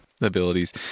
abilities